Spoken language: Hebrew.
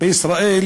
בישראל